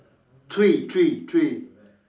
three three three